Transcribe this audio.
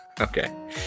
Okay